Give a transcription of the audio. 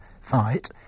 fight